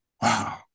wow